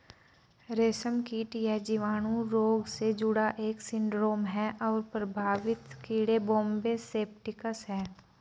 रेशमकीट यह जीवाणु रोग से जुड़ा एक सिंड्रोम है और प्रभावित कीड़े बॉम्बे सेप्टिकस है